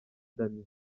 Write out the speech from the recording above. damien